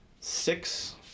six